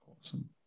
Awesome